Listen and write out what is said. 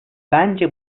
bence